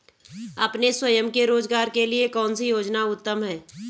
अपने स्वयं के रोज़गार के लिए कौनसी योजना उत्तम है?